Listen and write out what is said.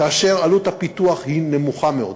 כאשר עלות הפיתוח היא נמוכה מאוד,